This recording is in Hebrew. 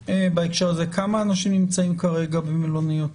כמה אנשים נמצאים כרגע במלוניות?